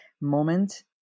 moment